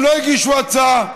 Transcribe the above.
הם לא הגישו הצעה,